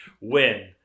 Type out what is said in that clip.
win